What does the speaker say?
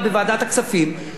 שדנים לגופו של עניין,